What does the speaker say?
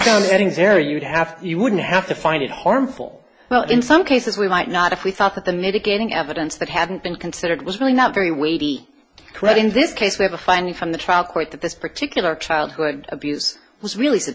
found any very you would have you wouldn't have to find it harmful well in some cases we might not if we thought that the mitigating evidence that hadn't been considered was really not very weighty credit in this case where the finding from the trial court that this particular childhood abuse was really